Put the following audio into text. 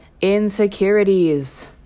insecurities